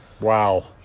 Wow